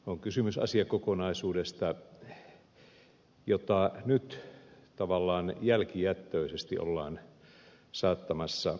on kysymys asiakokonaisuudesta jota nyt tavallaan jälkijättöisesti ollaan saattamassa kuntoon